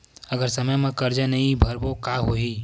अगर समय मा कर्जा नहीं भरबों का होई?